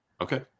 Okay